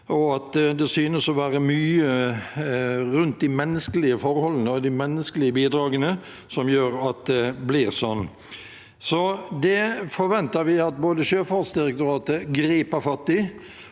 det synes å være mye rundt de menneskelige forholdene og de menneskelige bidragene som gjør at det blir sånn. Det forventer vi at Sjøfartsdirektoratet griper fatt